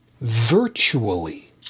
virtually